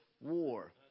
war